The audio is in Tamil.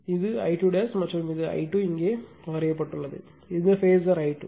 எனவே அதனால்தான் இது I2 மற்றும் இது I2 இங்கே வரையப்பட்டுள்ளது இந்த phasor I2 இந்த phasor I2'